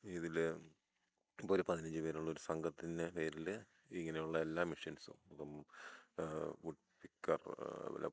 ഇതിൽ ഇപ്പോൾ ഒരു പതിനഞ്ച് പേരുള്ള ഒരു സംഘത്തിൻ്റെ പേരിൽ ഇങ്ങനെയുള്ള എല്ലാ മെഷീൻസും ഇപ്പം വുഡ് പിക്കർ